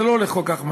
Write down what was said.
זה לא הולך כל כך מהר.